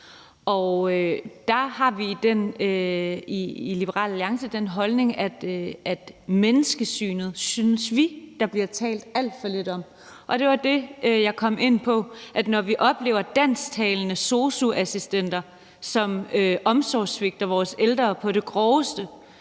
der har vi i Liberal Alliance den holdning, at menneskesynet synes vi der bliver talt alt for lidt om, og det var også det, jeg kom ind på, altså når vi oplever dansktalende sosu-assistenter, som omsorgssvigter vores ældre på det groveste.